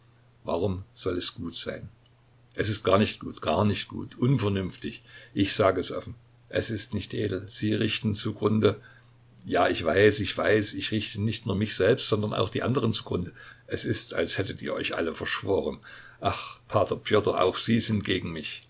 warum soll es gut sein es ist gar nicht gut gar nicht gut unvernünftig ich sage es offen es ist nicht edel sie richten zugrunde ja ich weiß ich weiß ich richte nicht nur mich selbst sondern auch die anderen zugrunde es ist als hättet ihr euch alle verschworen ach p pjotr auch sie sind gegen mich